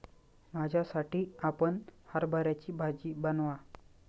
माझ्यासाठी आपण हरभऱ्याची भाजी बनवा